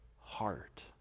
heart